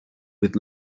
with